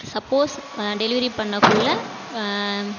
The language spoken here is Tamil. suppose delivery பண்ணக்குள்ள